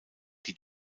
die